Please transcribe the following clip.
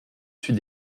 suis